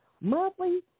monthly